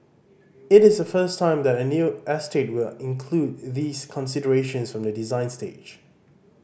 it is the first time that a new estate will include these considerations from the design stage